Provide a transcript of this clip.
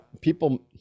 people